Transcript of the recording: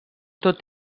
tot